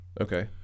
Okay